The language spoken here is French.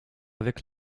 avec